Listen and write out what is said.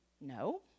no